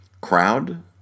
crowd